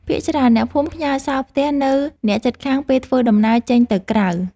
ភាគច្រើនអ្នកភូមិផ្ញើរសោផ្ទះនៅអ្នកជិតខាងពេលធ្វើដំណើរចេញទៅក្រៅ។